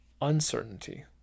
Uncertainty